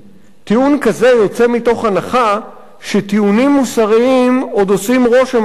טיעון כזה יוצא מתוך הנחה שטיעונים מוסריים עוד עושים רושם על מישהו,